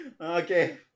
Okay